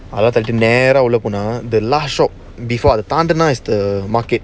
அததாண்டிநேராஉள்ளபோனாஅந்த:atha thaandi nera ulla ponaa antha last shop before அததாண்டுனா:atha thaandunaa market